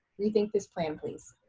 rethink this plan, please.